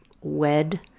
wed